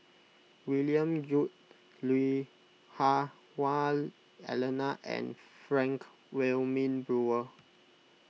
William Goode Lui Hah Wah Elena and Frank Wilmin Brewer